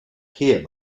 here